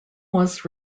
was